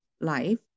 life